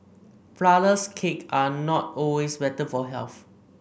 flourless cakes are not always better for health